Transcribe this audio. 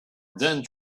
then